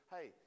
hey